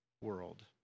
world